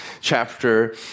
chapter